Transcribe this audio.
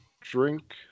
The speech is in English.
drink